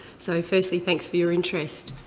so firstly, thanks for your interest.